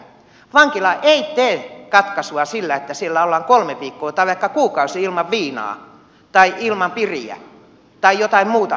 vankila ei tee katkaisua sillä että siellä ollaan kolme viikkoa tai vaikka kuukausi ilman viinaa tai ilman piriä tai jotain muuta huumetta